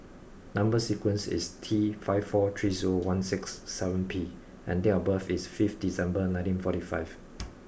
number sequence is T five four three zero one six seven P and date of birth is fifth December nineteen forty five